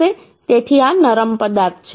તેથી આ નરમ પદાર્થ છે